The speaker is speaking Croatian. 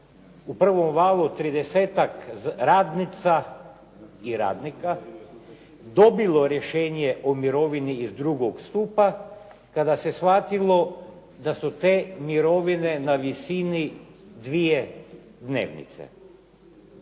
u prvom valu tridesetak radnica i radnika dobilo rješenje o mirovini iz drugog stupa kada se shvatilo da su te mirovine na visini dvije dnevnice.